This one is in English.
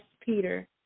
Peter